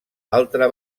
altra